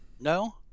No